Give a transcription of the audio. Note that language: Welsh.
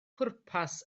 pwrpas